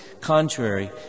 contrary